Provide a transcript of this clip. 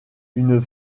une